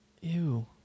Ew